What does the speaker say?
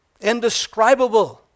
indescribable